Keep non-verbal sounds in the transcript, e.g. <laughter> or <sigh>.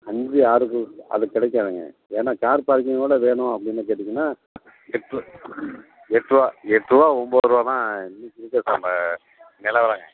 அஞ்சு ஆறுக்கு அதுக்கு கிடைக்காதுங்க ஏன்னா கார் பார்க்கிங்கோட வேணும் அப்படின்னு கேட்டீங்கன்னால் எட் ரூ எட் ரூபா எட் ரூபா ஒம்பது ரூபா தான் <unintelligible> நெலவரங்க